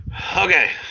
Okay